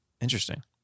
Interesting